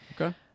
Okay